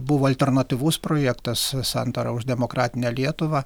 buvo alternatyvus projektas santara už demokratinę lietuvą